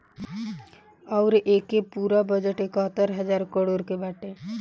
अउर एके पूरा बजट एकहतर हज़ार करोड़ के बाटे